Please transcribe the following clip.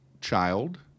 child